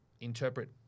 interpret